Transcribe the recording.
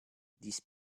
this